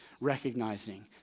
recognizing